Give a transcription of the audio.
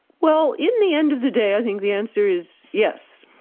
well, in the end of the day, i think the answer is yes.